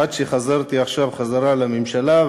עד שחזרתי עכשיו לממשלה.